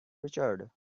richard